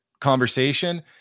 conversation